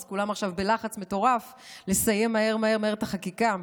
אז כולם עכשיו בלחץ מטורף לסיים מהר מהר מהר את החקיקה.